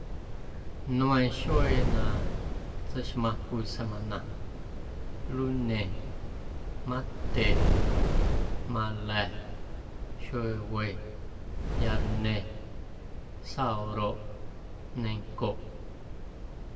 Nmeiiⁿ xuee na tseixmaⁿ cwii semana luñe, matye, maala̱, xuewe, yarñe, sauroꞌ, ñencoꞌ.